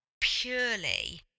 purely